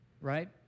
right